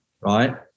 right